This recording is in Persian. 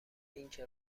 اینکه